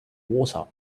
water